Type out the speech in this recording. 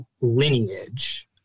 lineage